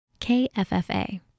KFFA